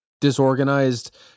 disorganized